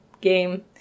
game